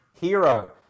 Hero